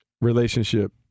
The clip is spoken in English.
relationship